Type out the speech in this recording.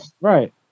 Right